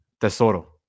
Tesoro